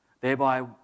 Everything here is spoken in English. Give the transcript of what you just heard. Thereby